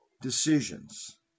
decisions